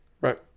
Right